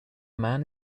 man